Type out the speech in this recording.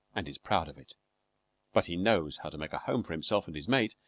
and is proud of it but he knows how to make a home for himself and his mate,